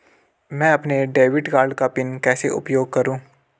मैं अपने debit card का पिन कैसे उपयोग करूँ?